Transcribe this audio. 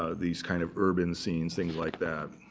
ah these kind of urban scenes, things like that.